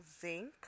zinc